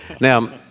Now